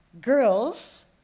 girls